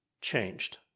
changed